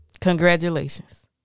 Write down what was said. Congratulations